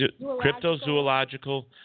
cryptozoological